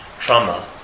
trauma